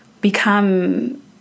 become